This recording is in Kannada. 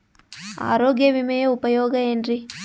ಆರೋಗ್ಯ ವಿಮೆಯ ಉಪಯೋಗ ಏನ್ರೀ?